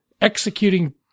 executing